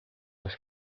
oleks